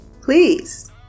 please